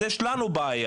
אז יש לנו בעיה,